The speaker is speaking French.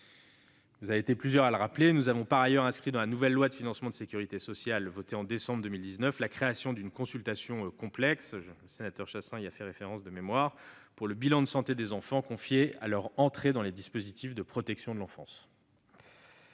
vous avez été plusieurs à le rappeler, nous avons par ailleurs inscrit dans la nouvelle loi de financement de la sécurité sociale, votée en décembre 2019, la création d'une consultation complexe- M. Chasseing y a fait référence -pour le bilan de santé des enfants confiés à leur entrée dans les dispositifs de protection de l'enfance.